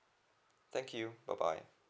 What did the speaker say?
thank you bye bye